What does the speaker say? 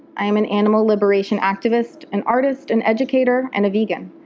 i'm an animal liberation activist, an artist, an educator and a vegan.